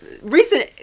recent